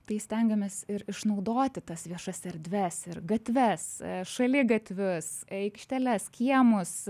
tai stengiamės ir išnaudoti tas viešas erdves ir gatves šaligatvius aikšteles kiemus